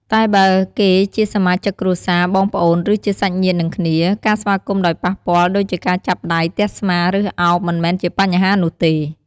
តែបើគេជាសមាជិកគ្រួសារ បងប្អូន ឬ ជាសាច់ញាតិនឹងគ្នា ការស្វាគមន៍ដោយប៉ះពាល់ ដូចជាការចាប់ដៃ ទះស្មា ឬ ឱប មិនមែនជាបញ្ហានោះទេ។